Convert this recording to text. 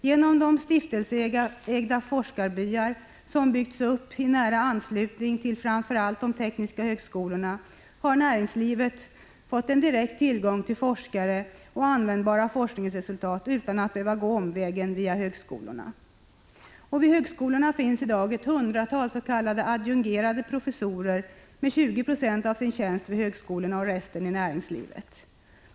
Genom de stiftelseägda forskarbyar som byggts upp i nära anslutning till framför allt de tekniska högskolorna, har näringslivet fått en direkt tillgång till forskare och användbara forskningsresultat utan att behöva gå omvägen via högskolorna. Vid högskolorna finns i dag ett hundratal s.k. adjungerade professorer med 20 96 av sin tjänst vid högskolorna och resten i näringslivet.